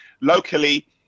locally